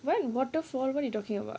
what waterfall what you talking about